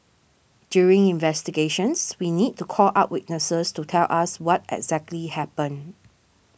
during investigations we need to call up witnesses to tell us what exactly happened